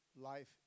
life